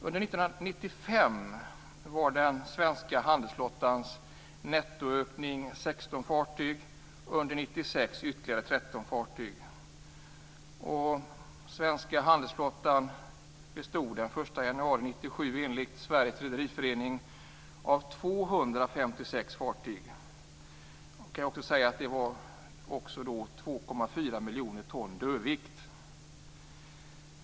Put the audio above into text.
Under 1995 var den svenska handelsflottans nettoökning 16 fartyg och under 1996 ytterligare 13 fartyg och 2,4 miljoner ton dödvikt.